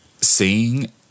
Seeing